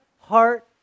heart